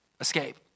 escape